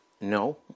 No